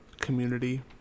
community